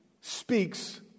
speaks